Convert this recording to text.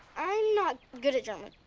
i'm not good at german.